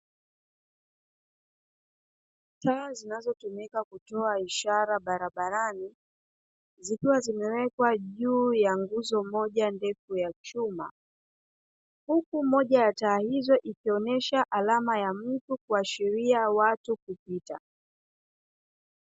Taa zinazo tumika kutoa ishara barabarani zikiwa zimewekwa juu ya nguzo moja ndefu ya chuma, huku moja ya taa hizo ikionyesha alama ya mtu kuashiria watu kupita.